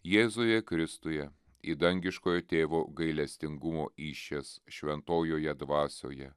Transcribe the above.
jėzuje kristuje į dangiškojo tėvo gailestingumo įsčias šventojoje dvasioje